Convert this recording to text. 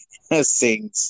sings